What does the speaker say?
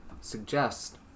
suggest